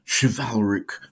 chivalric